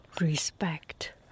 respect